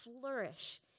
flourish